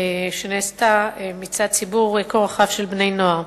שנעשתה מצד ציבור כה רחב של בני-נוער.